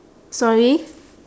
sorry